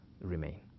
remain